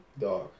Dog